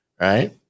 right